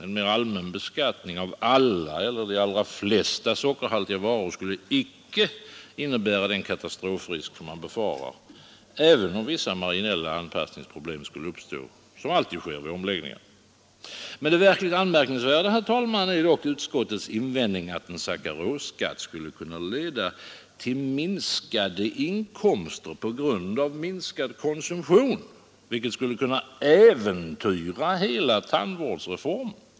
En mer allmän beskattning av alla eller de allra flesta sockerhaltiga varor skulle inte innebära den katastrofrisk som man befarar, även om vissa marginella anpassningsproblem skulle uppstå, vilket alltid sker vid omläggningar. Men det verkligt anmärkningsvärda, herr talman, är dock utskottets invändning att en sackarosskatt skulle kunna leda till minskade inkomster på grund av minskad konsumtion, vilket skulle kunna äventyra hela tandvårdsreformen.